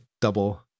double